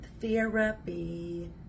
therapy